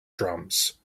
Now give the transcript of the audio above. drums